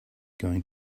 going